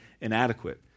inadequate